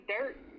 dirt